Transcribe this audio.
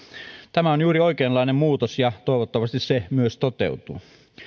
tämä on juuri oikeanlainen muutos ja toivottavasti se myös toteutuu